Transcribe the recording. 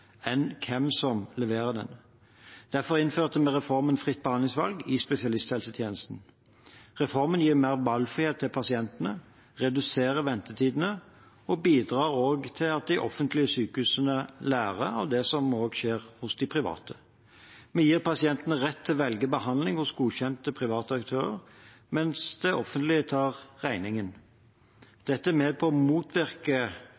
enn hvem som leverer den. Derfor innførte vi reformen Fritt behandlingsvalg i spesialisthelsetjenesten. Reformen gir mer valgfrihet til pasientene, reduserer ventetidene og bidrar også til at de offentlige sykehusene lærer av det som skjer hos de private. Vi gir pasientene rett til å velge behandling hos godkjente private aktører, mens det offentlige tar